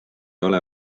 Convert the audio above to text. ole